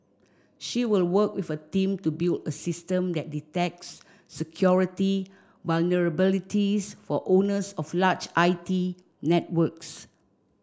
she will work with a team to build a system that detects security vulnerabilities for owners of large I T networks